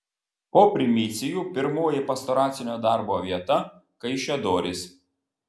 po primicijų pirmoji pastoracinio darbo vieta kaišiadorys